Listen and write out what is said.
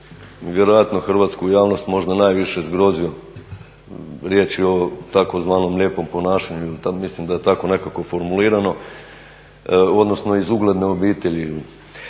vjerojatno hrvatsku javnost možda najviše zgrozio. Riječ je o tzv. lijepom ponašanju mislim da je tako nekako formulirano, odnosno iz ugledne obitelji.